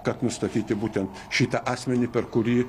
kad nustatyti būtent šitą asmenį per kurį